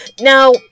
Now